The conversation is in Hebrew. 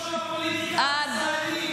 להדלפות של הפוליטיקה הישראלית, המושחת הזה.